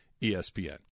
ESPN